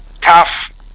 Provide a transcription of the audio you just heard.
tough